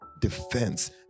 Defense